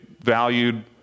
valued